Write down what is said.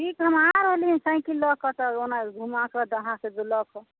ठीक है हम आ रहली हँ साइकिल लऽ के तऽ ओना घूमाके अहाँसँ लऽ के